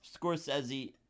Scorsese